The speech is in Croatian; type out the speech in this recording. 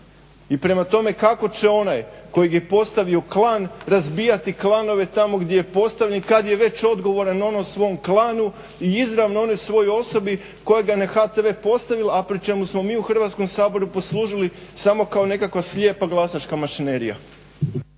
I prema tome, kako će onaj kojeg je postavio klan razbijati klanove tamo gdje je postavljen i kada je već odgovoran onom svom klanu i izravno onoj svojoj osobi koja ga je na HTV postavila a pri čemu smo mi u Hrvatskom saboru poslužili samo kao nekakva slijepa glasačka mašinerija.